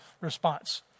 response